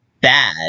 bad